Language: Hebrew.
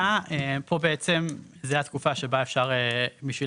פה בעצם זה התקופה שבה אפשר בשביל